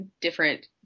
different